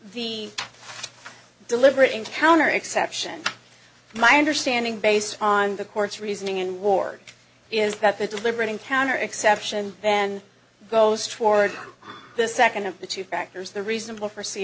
the deliberate encounter exception my understanding based on the court's reasoning in ward is that the deliberate encounter exception then goes toward the second of the two factors the reasonable for see